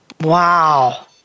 Wow